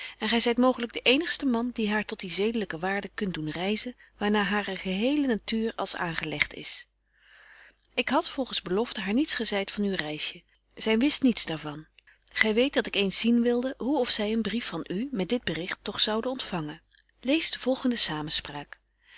en gy zyt mooglyk de eenigste man die haar tot die zedelyke waarde kunt doen ryzen waar naar hare genele natuur als aangelegt is ik had volgens belofte haar niets gezeit van uw reisje zy wist niets daar van gy weet dat ik eens zien wilde hoe of zy een brief van u met dit bericht toch zoude ontfangen lees de volgende samenspraak